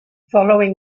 following